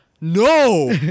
No